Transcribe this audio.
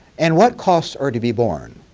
and what costs are to be born?